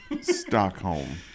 Stockholm